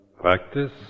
practice